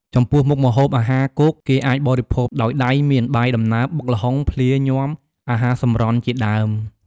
ចំពោះ មុខម្ហូបអាហារគោកគេអាចបរិភោគដោយដៃមាន បាយដំណើប បុកល្ហុង ភ្លា ញាំ អាហារសម្រន់ជាដើម។